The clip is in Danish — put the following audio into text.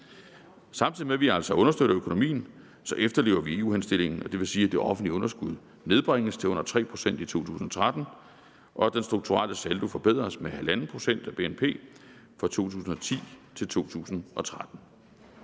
Samtidig med at vi altså understøtter økonomien, efterlever vi EU-henstillingen, og det vil sige, at det offentlige underskud nedbringes til under 3 pct. i 2013, og at den strukturelle saldo forbedres med 1½ pct. af BNP fra 2010 til 2013.